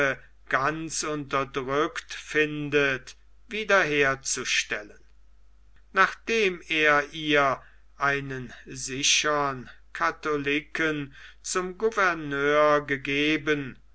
ganz unterdrückt findet wieder herzustellen nachdem er ihr einen sichern katholiken zum gouverneur gegeben